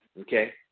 okay